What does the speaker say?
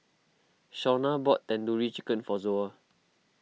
Shaunna bought Tandoori Chicken for Zoa